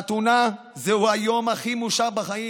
חתונה זהו היום הכי מאושר בחיים.